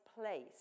place